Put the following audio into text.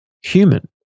human